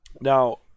Now